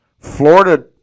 Florida